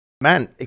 Man